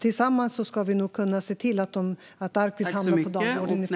Tillsammans ska vi nog kunna se till att Arktis hamnar på dagordningen.